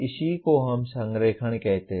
इसी को हम संरेखण कहते है